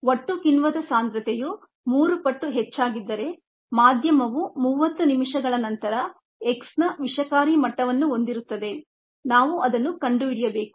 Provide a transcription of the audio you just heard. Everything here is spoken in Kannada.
ಒಟ್ಟು ಕಿಣ್ವದ ಸಾಂದ್ರತೆಯು ಮೂರು ಪಟ್ಟು ಹೆಚ್ಚಾಗಿದ್ದರೆ ಮಾಧ್ಯಮವು 30 ನಿಮಿಷಗಳ ನಂತರ X ನ ವಿಷಕಾರಿ ಮಟ್ಟವನ್ನು ಹೊಂದಿರುತ್ತದೆ ನಾವು ಅದನ್ನು ಕಂಡುಹಿಡಿಯಬೇಕು